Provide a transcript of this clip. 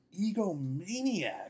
egomaniac